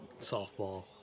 softball